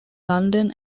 london